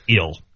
ill